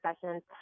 sessions